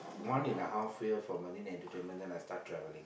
one and a half year for marine entertainment then I start travelling